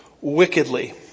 wickedly